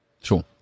Sure